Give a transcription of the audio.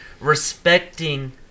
respecting